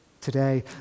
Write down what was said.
today